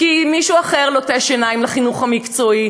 כי מישהו אחר לוטש עיניים לחינוך המקצועי.